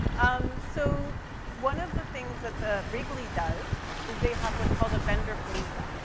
um, so one of the things that the, wrigley does is they have what's called a vendorpalooza.